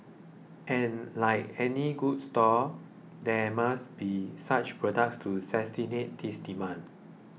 and like any good store there must be such products to satiate this demand